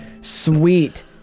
Sweet